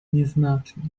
nieznacznie